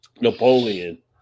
Napoleon